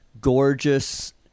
gorgeous